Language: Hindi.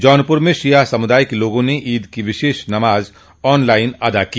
जौनपुर में शिया समुदाय के लोगों ने ईद की विशेष नमाज ऑनलाइन अदा की